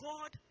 God